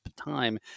time